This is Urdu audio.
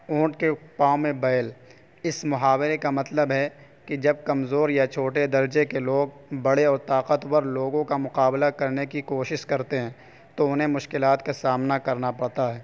اونٹ کے پاؤں میں بیل اس محاورے کا مطلب ہے کہ جب کمزور یا چھوٹے درجے کے لوگ بڑے اور طاقتور لوگوں کا مقابلہ کرنے کی کوشش کرتے ہیں تو انہیں مشکلات کا سامنا کرنا پڑتا ہے